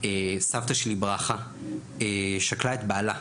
סבתא שלי ברכה שכלה את בעלה,